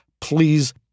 please